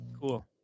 cool